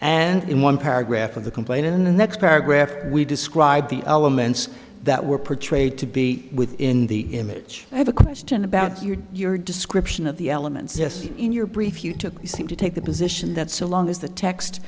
and in one paragraph of the complaint in the next paragraph we described the elements that were portrayed to be within the image i have a question about your your description of the elements in your brief you took you seem to take the position that so long as the text